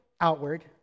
outward